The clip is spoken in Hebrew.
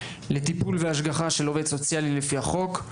לטיפול והשגחה של עובד סוציאלי לפי החוק,